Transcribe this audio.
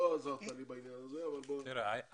לא עזרת לי בעניין הזה, אבל בוא נמשיך.